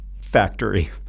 Factory